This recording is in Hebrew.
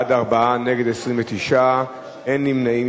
בעד, 4, נגד, 29, אין נמנעים.